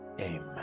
amen